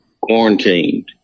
quarantined